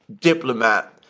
diplomat